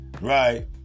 right